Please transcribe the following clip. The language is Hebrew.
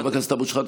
חבר הכנסת אבו שחאדה,